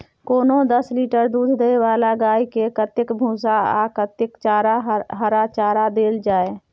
कोनो दस लीटर दूध दै वाला गाय के कतेक भूसा आ कतेक हरा चारा देल जाय?